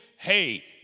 hey